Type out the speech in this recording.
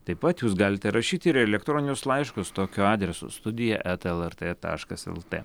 taip pat jūs galite rašyti ir elektroninius laiškus tokiu adresu studija eta lert taškas lt